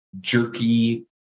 jerky